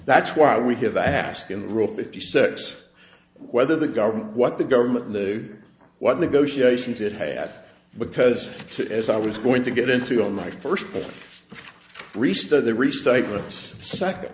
that's why we have ask and rule fifty six whether the government what the government knew what negotiations it had because as i was going to get into on my first